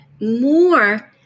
more